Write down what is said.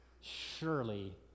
Surely